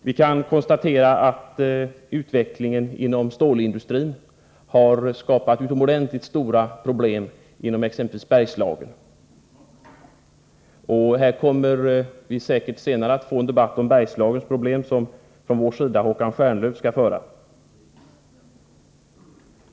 Vi kan konstatera att utvecklingen inom stålindustrin har skapat utomordentligt stora problem inom exempelvis Bergslagen. Vi kommer senare att få en debatt om Bergslagens problem, som från vår sida Håkan Stjernlöf skall föra.